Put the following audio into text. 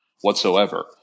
whatsoever